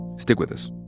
stick with us.